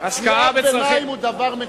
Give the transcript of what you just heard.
קריאות ביניים זה דבר מצוין.